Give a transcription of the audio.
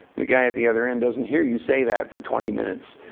the guy at the other end doesn't hear you say that for twenty minutes.